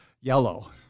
yellow